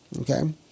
Okay